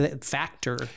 factor